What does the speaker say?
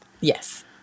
Yes